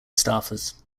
staffers